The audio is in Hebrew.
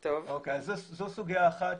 אז זו סוגיה אחת,